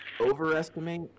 Overestimate